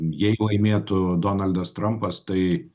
jei laimėtų donaldas trampas tai